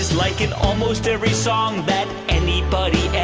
like in almost every song that anybody